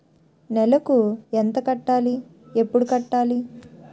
నెలకు ఎంత కట్టాలి? ఎప్పుడు కట్టాలి?